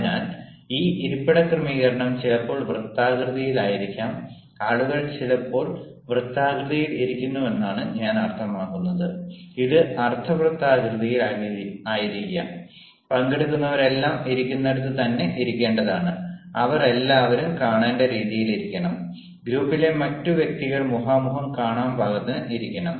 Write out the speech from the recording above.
അതിനാൽ ഈ ഇരിപ്പിട ക്രമീകരണം ചിലപ്പോൾ വൃത്താകൃതിയിലായിരിക്കാം ആളുകൾ ചിലപ്പോൾ വൃത്താകൃതിയിൽ ഇരിക്കുമെന്നാണ് ഞാൻ അർത്ഥമാക്കുന്നത് ഇത് അർദ്ധ വൃത്താകൃതിയിൽ ആയിരിക്കാം പങ്കെടുക്കുന്നവരെല്ലാം ഇരിക്കുന്നിടത്ത് തന്നെ ഇരിക്കേണ്ടതാണ് അവർ എല്ലാവരും കാണേണ്ട രീതിയിൽ ഇരിക്കണം ഗ്രൂപ്പിലെ മറ്റ് വ്യക്തികൾ മുഖാമുഖം കാണാൻ പാകത്തിന് ഇരിക്കണം